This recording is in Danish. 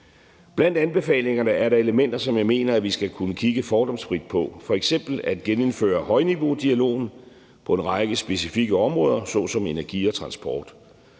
Blandt anbefalingerne er der elementer, som jeg mener vi skal kunne kigge fordomsfrit på, f.eks. at genindføre højniveaudialogen på en række specifikke områder såsom energi og transport.